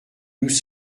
nous